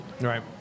Right